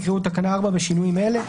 יקראו את תקנה 4(ב) בשינויים אלה: